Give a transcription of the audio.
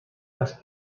las